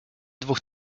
dwóch